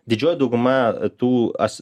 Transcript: didžioji dauguma tų as